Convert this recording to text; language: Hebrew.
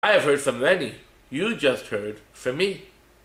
I have heard so many, you just heard from me.